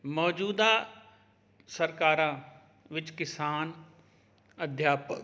ਮੌਜੂਦਾ ਸਰਕਾਰਾਂ ਵਿੱਚ ਕਿਸਾਨ ਅਧਿਆਪਕ